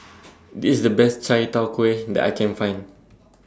This IS The Best Chai Tow Kway that I Can Find